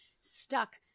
stuck